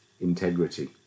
integrity